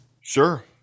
sure